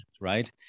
right